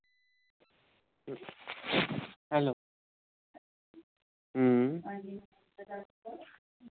hello